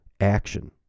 action